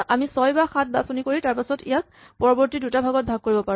আমি ৬ বা ৭ বাচনি কৰি তাৰপাছত ইয়াক পৰৱৰ্তী দুটা ভাগত ভাগ কৰিব পাৰো